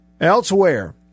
Elsewhere